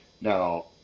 Now